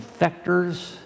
vectors